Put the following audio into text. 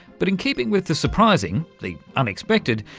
but in keeping with the surprising, the unexpected,